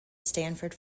stanford